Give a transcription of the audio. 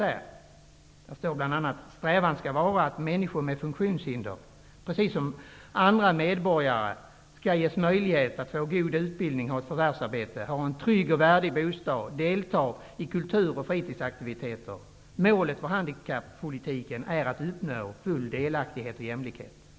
Det heter där: ''Strävan skall vara att människor med funktionshinder -- precis som andra medborgare -- skall ges möjligheter att få en god utbildning, ha ett förvärvsarbete, ha en trygg och värdig bostad, delta i olika kultur och fritidsaktiviteter. Målet för handikappolitiken är att uppnå full delaktighet och jämlikhet.''